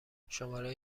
شماره